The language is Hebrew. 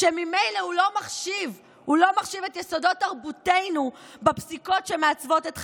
כשממילא הוא לא מחשיב את יסודות תרבותנו בפסיקות שמעצבות את חיינו?